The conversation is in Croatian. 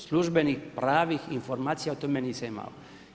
Službenih, pravih informacija o tome nisam imao.